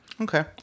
Okay